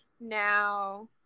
now